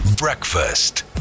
Breakfast